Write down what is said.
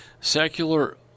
secular